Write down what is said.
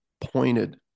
pointed